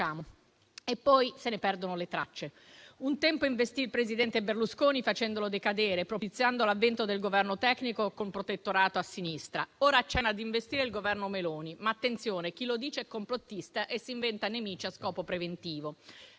E poi se ne perdono le tracce. Un tempo investì il presidente Berlusconi, facendolo decadere e propiziando l'avvento del Governo tecnico con protettorato a sinistra. Ora accenna a investire il Governo Meloni. Attenzione, però: chi lo dice è complottista e si inventa nemici a scopo preventivo.